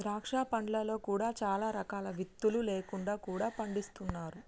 ద్రాక్ష పండ్లలో కూడా చాలా రకాలు విత్తులు లేకుండా కూడా పండిస్తున్నారు